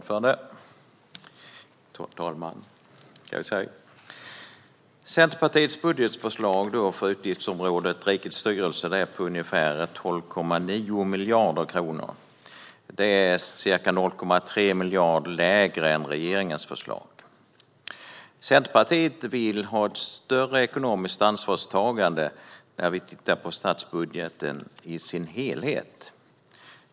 Herr talman! Centerpartiets budgetförslag för utgiftsområdet Rikets styrelse är på ungefär 12,9 miljarder kronor. Det är ca 0,3 miljarder lägre än regeringens förslag. Centerpartiet vill ha ett större ekonomiskt ansvarstagande när vi tittar på statsbudgeten i dess helhet.